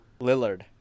Lillard